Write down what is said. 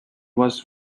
was